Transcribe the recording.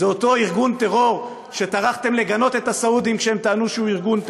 זה אותו ארגון טרור שטרחתם לגנות את הסעודים כשהם טענו שהוא ארגון טרור,